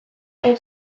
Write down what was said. han